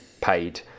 paid